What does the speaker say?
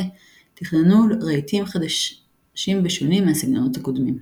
תכננו רהיטים חדש ושונים מהסגנונות הקודמים.